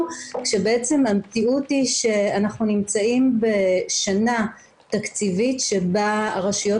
כשבעצם המציאות היא שאנחנו נמצאים בשנה תקציבית שבה הרשויות